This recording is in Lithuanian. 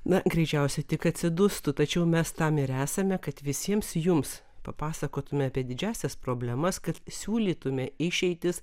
na greičiausiai tik atsidustų tačiau mes tam ir esame kad visiems jums papasakotume apie didžiąsias problemas kad siūlytume išeitis